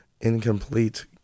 incomplete